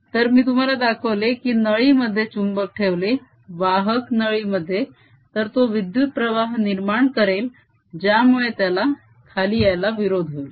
तर मी तुम्हाला दाखवले की नळीमध्ये चुंबक ठेवले वाहक नळी मध्ये तर तो विद्युत प्रवाह निर्माण करेल ज्यामुळे त्याला खाली यायला विरोध होईल